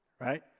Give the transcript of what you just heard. right